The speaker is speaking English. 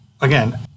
again